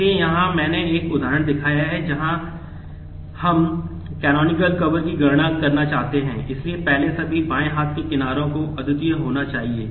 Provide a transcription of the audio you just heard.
इसलिए यहां मैंने एक उदाहरण दिखाया है जहां हम यहां कैनोनिकल कवर बन जाता है